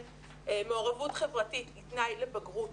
מעורבות חברתית היא תנאי לבגרות